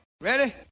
Ready